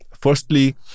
Firstly